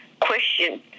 question